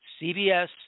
CBS